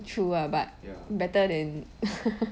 true lah but better than